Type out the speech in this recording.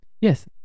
Yes